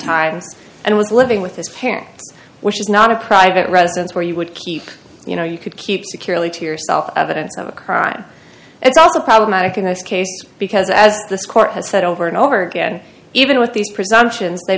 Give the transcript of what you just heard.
times and was living with his parents which is not a private residence where you would keep you know you could keep securely to yourself evidence of a crime it's also problematic in this case because as this court has said over and over again even with these presumptions they